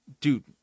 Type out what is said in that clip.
dude